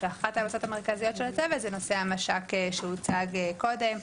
כשאחת ההמלצות המרכזיות של הצוות זה נושא המש"ק שהוצג קודם.